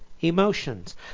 emotions